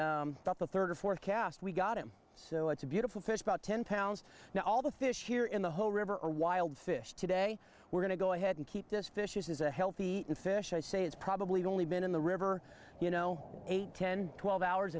and about the third or fourth cast we got him so it's a beautiful fish about ten pounds now all the fish here in the whole river are wild fish today we're going to go ahead and keep this fish is a healthy fish i say it's probably only been in the river you know eight ten twelve hours